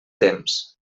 temps